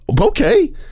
Okay